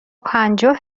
پنجاه